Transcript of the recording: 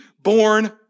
born